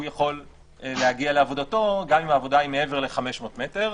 הוא יכול להגיע לעבודתו גם אם העבודה היא מעבר ל-500 מטר,